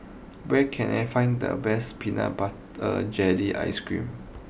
where can I find the best Peanut Butter Jelly Ice cream